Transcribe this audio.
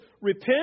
Repent